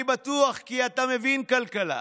אני בטוח כי אתה מבין כלכלה,